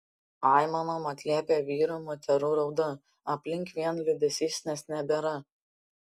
aimanom atliepia vyrų moterų rauda aplink vien liūdesys nes nebėra